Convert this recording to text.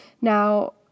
Now